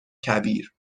کبیر